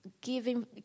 giving